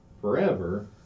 forever